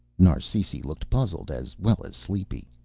narsisi looked puzzled as well as sleepy.